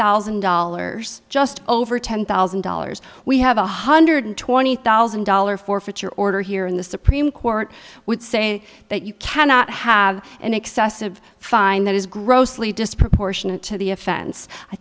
thousand dollars just over ten thousand dollars we have a one hundred twenty thousand dollars forfeiture order here in the supreme court would say that you cannot have an excessive fine that is grossly disproportionate to the offense i